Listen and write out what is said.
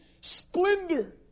splendor